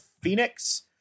Phoenix